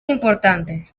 importantes